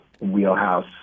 wheelhouse